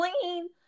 Clean